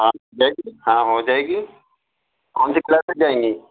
ہاں جائے گی ہاں ہو جائے گی کون سی کلاس سے جائیں گی